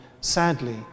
sadly